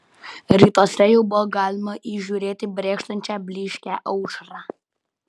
rytuose jau buvo galima įžiūrėti brėkštančią blyškią aušrą